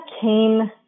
came